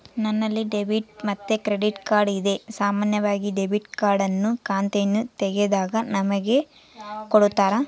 ನನ್ನಲ್ಲಿ ಡೆಬಿಟ್ ಮತ್ತೆ credit card ಇದೆ, ಸಾಮಾನ್ಯವಾಗಿ ಡೆಬಿಟ್ ಕಾರ್ಡ್ ಅನ್ನು ಖಾತೆಯನ್ನು ತೆಗೆದಾಗ ನಮಗೆ ಕೊಡುತ್ತಾರ